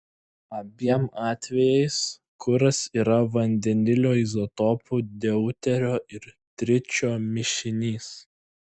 abiem atvejais kuras yra vandenilio izotopų deuterio ir tričio mišinys